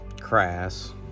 crass